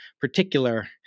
particular